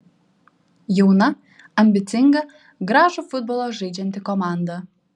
jauna ambicinga gražų futbolą žaidžianti komanda